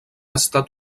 estat